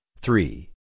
three